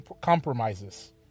compromises